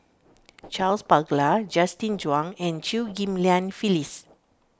Charles Paglar Justin Zhuang and Chew Ghim Lian Phyllis